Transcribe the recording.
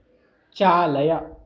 चालय